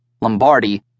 Lombardi